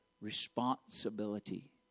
Responsibility